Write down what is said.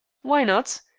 why not?